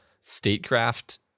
statecraft